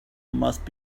must